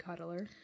cuddler